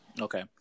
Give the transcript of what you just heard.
okay